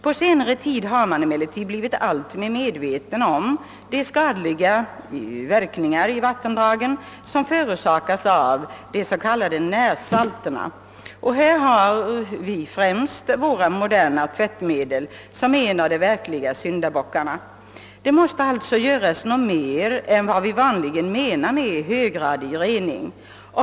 På senare tid har man emellertid blivit alltmer medveten om de skadliga verk ningar i vattendragen som orsakas av de s.k. närsalterna. Härvidlag är våra moderna tvättmedel en av de verkliga syndabockarna. Det måste därför göras något mer än vad vi vanligen menar med höggradig rening.